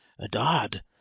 adad